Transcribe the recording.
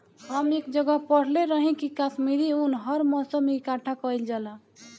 हम एक जगह पढ़ले रही की काश्मीरी उन हर मौसम में इकठ्ठा कइल जाला